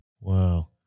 Wow